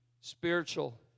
Spiritual